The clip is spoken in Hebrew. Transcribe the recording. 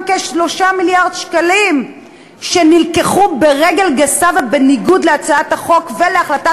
כ-3 מיליארד שקלים שנלקחו ברגל גסה ובניגוד להצעת החוק ולהחלטת